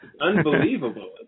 Unbelievable